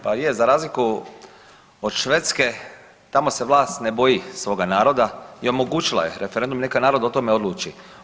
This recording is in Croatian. Pa je, za razliku od Švedske tamo se vlast ne boji svoga naroda i omogućila je referendum neka narod o tome odluči.